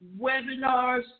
webinars